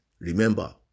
Remember